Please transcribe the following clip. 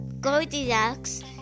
Goldilocks